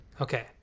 Okay